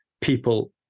people